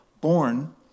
born